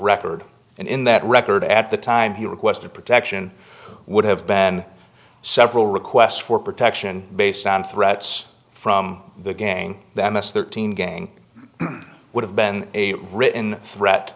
record in that record at the time he requested protection would have been several requests for protection based on threats from the gang that last thirteen again would have been a written threat